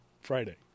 Friday